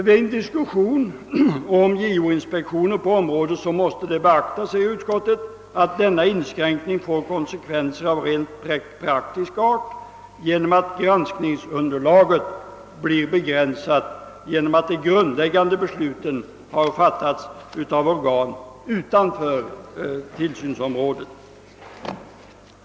Vid en diskussion om JO-inspektioner på området måste det beaktas, att denna inskränkning får konsekvenser av rent praktisk art genom att granskningsunderlaget blir begränsat och genom att de grundläggande besluten regelmässigt fattats av organ utanför tillsynsområdet.